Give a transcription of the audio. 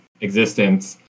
existence